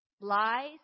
lies